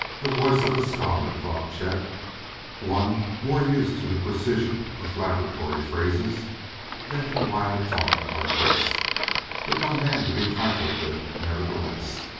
the voice of a scholar, thought chet one more used to the precision of laboratory phrases than to wild talk like this but no man to be trifled with, nevertheless.